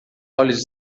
olhos